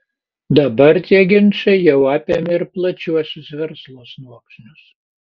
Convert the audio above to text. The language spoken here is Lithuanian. dabar tie ginčai jau apėmė ir plačiuosius verslo sluoksnius